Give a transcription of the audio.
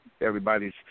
everybody's